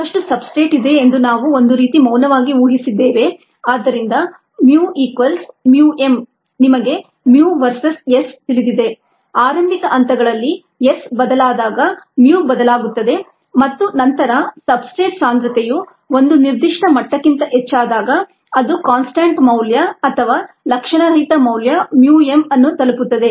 ಸಾಕಷ್ಟು ಸಬ್ಸ್ಟ್ರೇಟ್ ಇದೆ ಎಂದು ನಾವು ಒಂದು ರೀತಿ ಮೌನವಾಗಿ ಊಹಿಸಿದ್ದೇವೆ ಆದ್ದರಿಂದ mu equals mu m ನಿಮಗೆ mu ವರ್ಸೆಸ್ S ತಿಳಿದಿದೆ ಆರಂಭಿಕ ಹಂತಗಳಲ್ಲಿ S ಬದಲಾದಾಗ mu ಬದಲಾಗುತ್ತದೆ ಮತ್ತು ನಂತರ ಸಬ್ಸ್ಟ್ರೇಟ್ ಸಾಂದ್ರತೆಯು ಒಂದು ನಿರ್ದಿಷ್ಟ ಮಟ್ಟಕ್ಕಿಂತ ಹೆಚ್ಚಾದಾಗ ಅದು ಕಾನ್ಸ್ಟಂಟ್ ಮೌಲ್ಯ ಅಥವಾ ಲಕ್ಷಣರಹಿತ ಮೌಲ್ಯ mu m ಅನ್ನು ತಲುಪುತ್ತದೆ